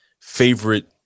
favorite